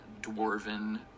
dwarven